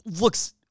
looks